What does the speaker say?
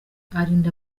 arinda